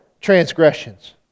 transgressions